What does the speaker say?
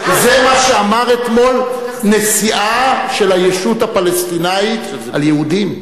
זה מה שאמר אתמול נשיאה של הישות הפלסטינית על יהודים.